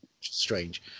Strange